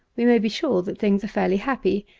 we may be sure that things are fairly happy,